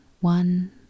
one